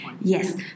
Yes